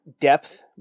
depth